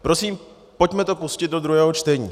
Prosím, pojďme to pustit do druhého čtení.